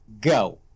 go